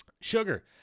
sugar